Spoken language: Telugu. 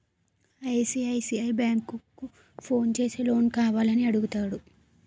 ఐ.సి.ఐ.సి.ఐ బ్యాంకు ఫోన్ చేసి లోన్ కావాల అని అడుగుతాడు